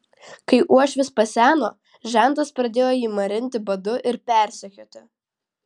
kai uošvis paseno žentas pradėjo jį marinti badu ir persekioti